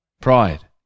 pride